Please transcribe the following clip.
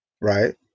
right